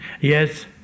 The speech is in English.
Yes